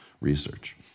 research